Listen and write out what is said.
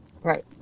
Right